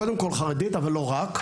קודם כל חרדית אבל לא רק,